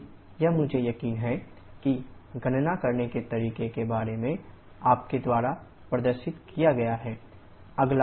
लेकिन यह मुझे यकीन है कि गणना करने के तरीके के बारे में आपके द्वारा प्रदर्शित किया गया है